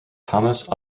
thomas